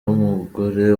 w’umugore